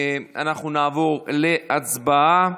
אנחנו נעבור להצבעה.